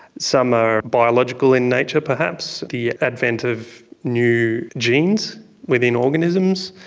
some are biological in nature, perhaps, the advent of new genes within organisms.